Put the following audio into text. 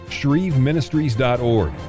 ShreveMinistries.org